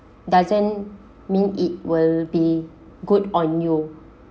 doesn't mean it will be good or new